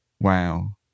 Wow